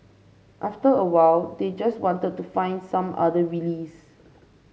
after a while they just want to find some other release